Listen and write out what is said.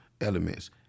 elements